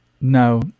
No